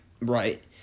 right